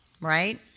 right